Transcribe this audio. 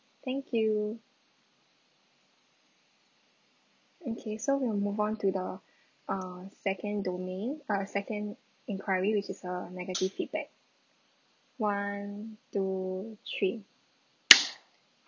thank you okay so we'll move on to the uh second domain uh second inquiry which is a negative feedback one two three